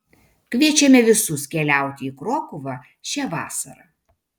kviečiame visus keliauti į krokuvą šią vasarą